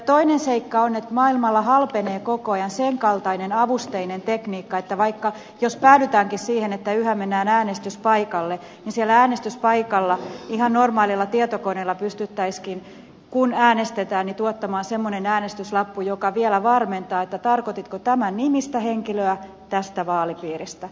toinen seikka on että maailmalla halpenee koko ajan sen kaltainen avusteinen tekniikka että vaikka jos päädytäänkin siihen että yhä mennään äänestyspaikalle niin siellä äänestyspaikalla ihan normaalilla tietokoneella pystyttäisiinkin kun äänestetään tuottamaan semmoinen äänestyslappu joka vielä varmentaa tarkoititko tämän nimistä henkilöä tästä vaalipiiristä